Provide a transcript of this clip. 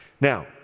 Now